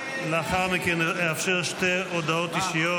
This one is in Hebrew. לאחר מכן נאפשר שתי הודעות אישיות,